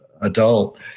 adult